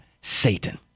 Satan